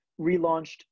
relaunched